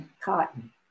cotton